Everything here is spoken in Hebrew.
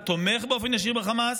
הוא תומך באופן ישיר בחמאס.